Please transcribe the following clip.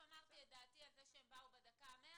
אמרתי את דעתי על זה שהבט"פ באו עם משהו חדש בדקה האחרונה